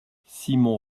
simon